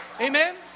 Amen